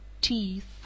TEETH